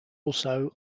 also